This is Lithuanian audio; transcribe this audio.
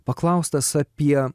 paklaustas apie